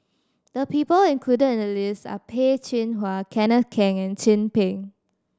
the people included in the list are Peh Chin Hua Kenneth Keng and Chin Peng